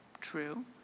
True